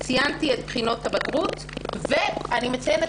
ציינתי את בחינות הבגרות ואני מציינת